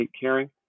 caring